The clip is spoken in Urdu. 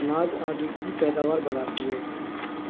اناج آدی کی پیداوار بڑھاتی ہے